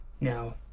No